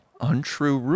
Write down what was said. untrue